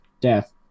death